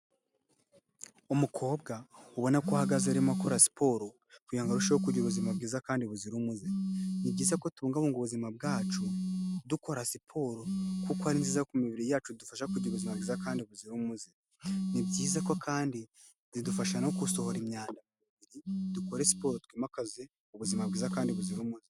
Umukobwa ubona ko ahagaze arimo gukora siporo kugirango ngo arusheho kugira ubuzima bwiza kandi buzira umuze. Ni byiza ko tubungabunga ubuzima bwacu dukora siporo kuko ari nziza ku mibiri yacu idufasha kugira ubuzima bwiza kandi buzi umuze. Ni byiza ko kandi zidufasha no gusohora imyanda. Dukore siporo twimakaze ubuzima bwiza kandi buzira umuze.